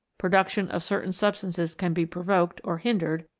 production of certain substances can be pro voked or hindered,